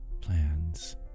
plans